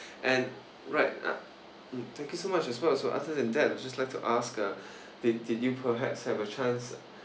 and right thank you so much as well uh so other than that I would just like to ask uh did you perhaps have a chance